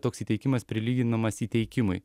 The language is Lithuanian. toks įteikimas prilyginamas įteikimui